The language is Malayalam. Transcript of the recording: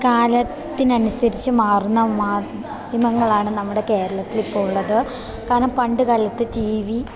കാലത്തിനനുസരിച്ച് മാറുന്ന മാധ്യമങ്ങളാണ് നമ്മുടെ കേരളത്തിലിപ്പോൾ ഉള്ളത് കാരണം പണ്ടു കാലത്ത് ടി വി